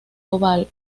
oval